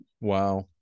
wow